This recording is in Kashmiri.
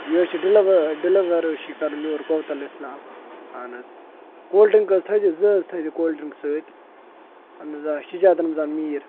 یہِ حظ چھِ ڈِلوَر ڈِلِوَر حظ چھِ یہِ کَرُن یور کوتَل اِسلام اَہَن حظ کولڈ ڈرٛنٛک حظ تھٲیزِ زٕ حظ تھٲیزِ کولڈ ڈرٛنٛک سۭتۍ اہَن حظ آ شِجاد رمضان میٖر